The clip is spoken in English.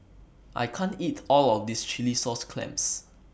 I can't eat All of This Chilli Sauce Clams